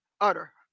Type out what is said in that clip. utter